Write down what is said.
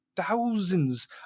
thousands